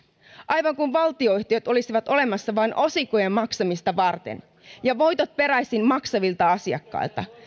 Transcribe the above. aivan kuin valtionyhtiöt olisivat olemassa vain osinkojen maksamista varten ja voitot peräisin maksavilta asiakkailta